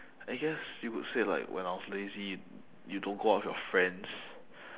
I guess you could say like when I was lazy y~ you don't go out with your friends